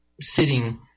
sitting